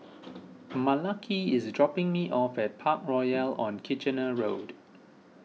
Malaki is dropping me off at Parkroyal on Kitchener Road